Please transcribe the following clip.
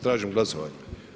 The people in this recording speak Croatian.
Tražim glasovanje.